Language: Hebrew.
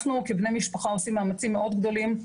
אנחנו כבני משפחה עושים מאמצים מאוד גדולים,